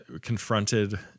confronted